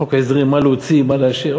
בחוק ההסדרים מה להוציא, מה להשאיר.